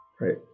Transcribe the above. right